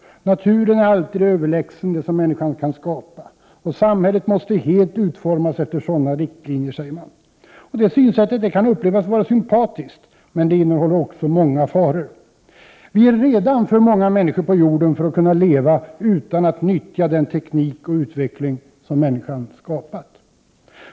Naturen är alltid överlägsen det som människan kan skapa, och samhället måste helt utformas efter sådana riktlinjer, säger man. Det synsättet kan upplevas som sympatiskt, men det innehåller också många faror. Vi är redan för många människor på jorden för att kunna leva utan att nyttja den teknik och utveckling som människan skapat.